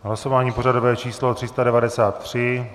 Hlasování pořadové číslo 393.